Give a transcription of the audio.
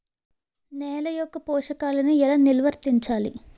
నెల యెక్క పోషకాలను ఎలా నిల్వర్తించాలి